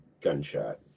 gunshot